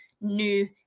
new